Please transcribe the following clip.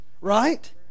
Right